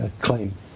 claim